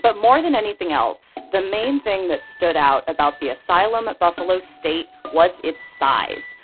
but more than anything else, the main thing that stood out about the asylum at buffalo state was its size.